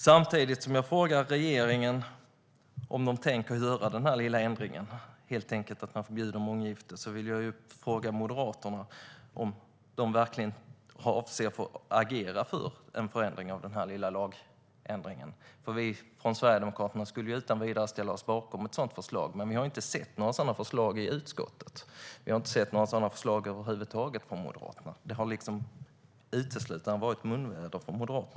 Samtidigt som jag frågar regeringen om de tänker göra den lilla lagändringen att helt enkelt förbjuda månggifte vill jag fråga Moderaterna om de verkligen avser att agera för en sådan ändring. Vi sverigedemokrater skulle utan vidare ställa oss bakom ett sådant förslag, men vi har inte sett något i utskottet. Vi har inte sett några sådana förslag över huvud taget från Moderaterna. Än så länge har det uteslutande varit munväder.